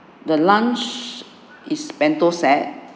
the lunch is bento set